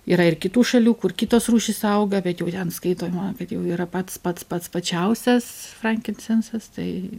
yra ir kitų šalių kur kitos rūšys auga bet jau ten skaitoma kad jau yra pats pats pats plačiausias frankinsensas tai